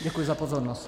Děkuji za pozornost.